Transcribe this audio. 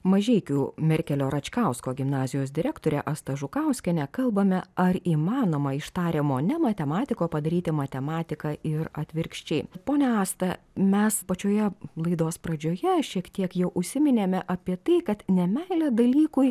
mažeikių merkelio račkausko gimnazijos direktore asta žukauskiene kalbame ar įmanoma iš tariamo ne matematiko padaryti matematiką ir atvirkščiai ponia asta mes pačioje laidos pradžioje šiek tiek jau užsiminėme apie tai kad nemeilė dalykui